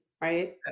right